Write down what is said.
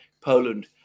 Poland